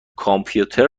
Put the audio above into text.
کامپیوتر